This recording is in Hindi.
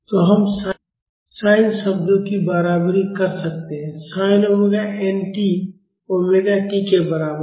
तो हम sin शब्दों की बराबरी कर सकते हैं sin omega n t sin ωnt omega t ωn के बराबर है